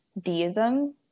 deism